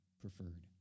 preferred